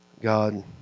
God